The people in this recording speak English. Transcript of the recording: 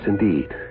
indeed